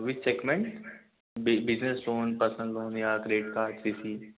विच segment business loan personal loan या credit card